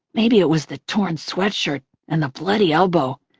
maybe it was the torn sweatshirt and the bloody elbow.